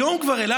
היום אל על,